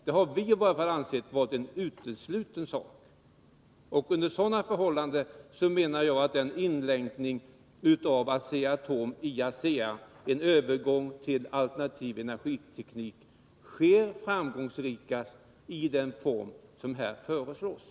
Det har i varje fall vi ansett vara helt uteslutet. Under sådana förhållanden menar jag att en inlänkning av Asea-Atom i ASEA och en övergång till alternativ energiteknik sker framgångsrikast i den form som här föreslås.